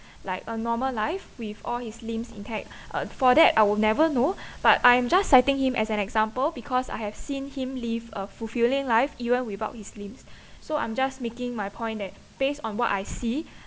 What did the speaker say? like a normal life with all his limbs intact uh for that I will never know but I am just citing him as an example because I have seen him live a fulfilling life even without his limbs so I'm just making my point that based on what I see